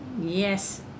Yes